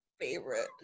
favorite